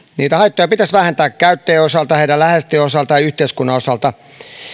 niitä haittoja pitäisi vähentää käyttäjien osalta heidän läheistensä osalta ja yhteiskunnan osalta